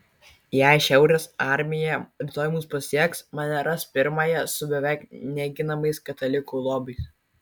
jei šiaurės armija rytoj mus pasieks mane ras pirmąją su beveik neginamais katalikų lobiais